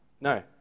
No